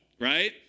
Right